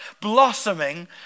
blossoming